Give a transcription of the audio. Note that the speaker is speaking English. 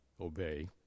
obey